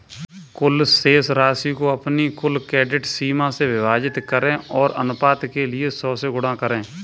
कुल शेष राशि को अपनी कुल क्रेडिट सीमा से विभाजित करें और अनुपात के लिए सौ से गुणा करें